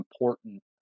important